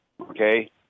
okay